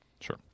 Sure